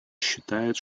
считает